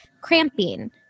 cramping